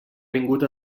vingut